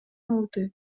алды